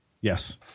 Yes